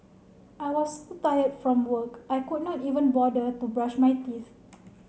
I was so tired from work I could not even bother to brush my teeth